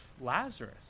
Lazarus